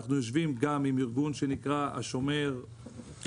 אנחנו יושבים גם עם ארגון שנקרא "השומר החדש".